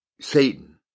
Satan